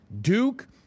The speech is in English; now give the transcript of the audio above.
Duke